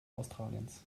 australiens